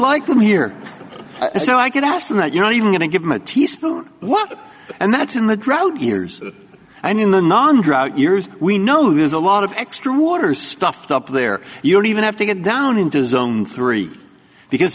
like them here so i could ask them that you're not even going to give them a teaspoon or what and that's in the drought years and in the non drought years we know there's a lot of extra water stuffed up there you don't even have to get down into zone three because